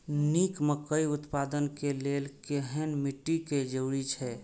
निक मकई उत्पादन के लेल केहेन मिट्टी के जरूरी छे?